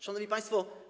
Szanowni Państwo!